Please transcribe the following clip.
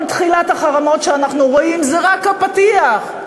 כל תחילת החרמות שאנחנו רואים זה רק הפתיח,